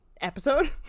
episode